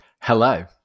Hello